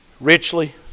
richly